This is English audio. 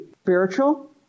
spiritual